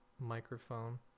microphone